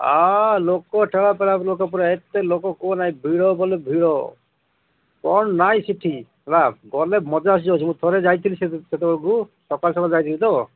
ହଁ ଲୋକ ଠେଲାଫେଲା ଲୋକ ପୁରା ଏତେ ଲୋକ କୁହ ନାହିଁ ଭିଡ଼ ବୋଲେ ଭିଡ଼ କ'ଣ ନାଇଁ ସେଠି ହେଲା ଗଲେ ମଜା ଆସିଯାଉଛି ମୁଁ ଥରେ ଯାଇଥିଲି ସେତେବେଳକୁ ସକାଳ ସକାଳେ ଯାଇଥିଲି ତ